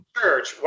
Church